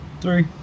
three